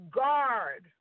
guard